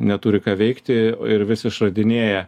neturi ką veikti ir vis išradinėja